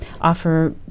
offer